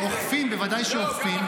אוכפים, בוודאי שאוכפים.